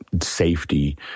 Safety